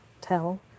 tell